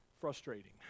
frustrating